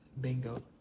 Bingo